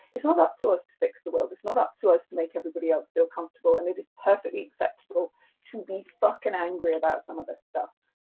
it's not up to us to fix the world, it's not up to us to make everybody else feel comfortable, and it is perfectly acceptable to be fucking angry about some of this stuff.